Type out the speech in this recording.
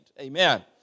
Amen